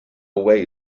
way